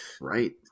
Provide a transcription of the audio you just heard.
Right